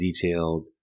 detailed